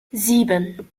sieben